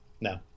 No